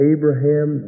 Abraham